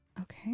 okay